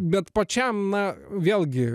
bet pačiam na vėlgi